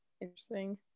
Interesting